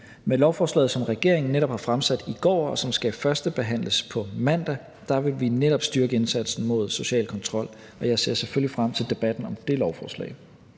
Med lovforslaget, som regeringen netop har fremsat i går, og som skal førstebehandles på mandag, vil vi netop styrke indsatsen mod social kontrol, og jeg ser selvfølgelig frem til debatten om det lovforslag.